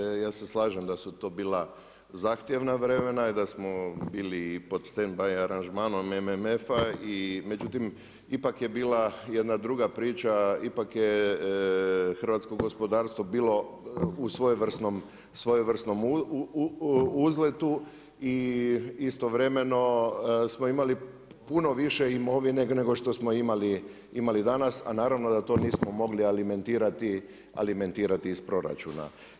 Uvaženi kolega Šuker, ja se slažem da su to bila zahtjevna vremena, da smo bili pod stand by aranžmanom MMF-a, međutim ipak je bila jedna druga priča, ipak je hrvatsko gospodarstvo bilo u svojevrsnom uzletu i istovremeno smo imali puni više imovine nego što smo imali danas, a naravno da to nismo mogli alimentirati iz proračuna.